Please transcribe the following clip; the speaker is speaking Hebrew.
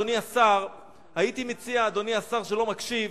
אדוני השר שלא מקשיב,